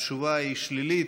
התשובה היא שלילית.